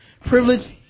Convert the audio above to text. privilege